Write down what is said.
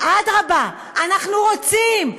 אדרבה, אנחנו רוצים.